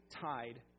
tied